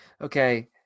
Okay